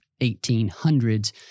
1800s